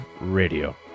Radio